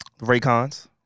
Raycons